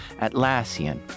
Atlassian